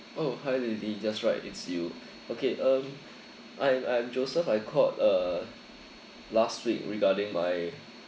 oh hi lily just right it's you okay um I'm I'm joseph I called uh last week regarding my